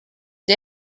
der